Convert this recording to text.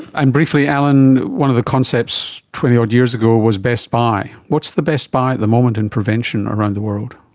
and briefly, alan, one of the concepts twenty odd years ago was best buy. what's the best buy at the moment in prevention around the world?